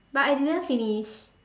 but I didn't finish